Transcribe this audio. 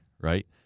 right